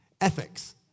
ethics